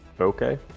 Okay